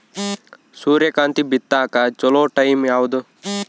ಸೂರ್ಯಕಾಂತಿ ಬಿತ್ತಕ ಚೋಲೊ ಟೈಂ ಯಾವುದು?